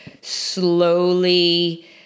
slowly